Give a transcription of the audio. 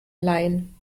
leihen